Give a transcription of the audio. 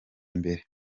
imbere